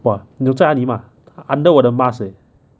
!wah! 你有在那里吗 under 我的 mask eh